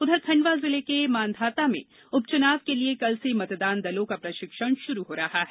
उधर खंडवा जिले के मांधाता में उपचुनाव के लिये कल से मतदान दलों का प्रशिक्षण शुरू हो रहा है